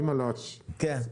כן.